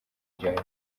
byombi